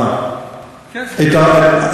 כסף?